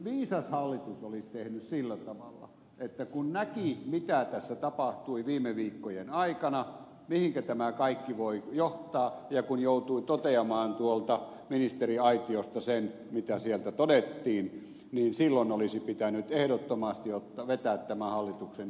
viisas hallitus olisi tehnyt sillä tavalla että kun näki mitä tässä tapahtui viime viikkojen aikana mihinkä tämä kaikki voi johtaa ja kun joutui toteamaan tuolta ministeriaitiosta sen mitä sieltä todettiin niin silloin olisi pitänyt ehdottomasti vetää tämä hallituksen esitys pois